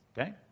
okay